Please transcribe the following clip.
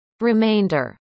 remainder